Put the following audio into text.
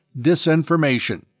disinformation